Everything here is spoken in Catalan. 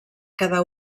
cada